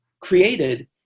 created